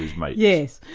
right, yes,